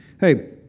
Hey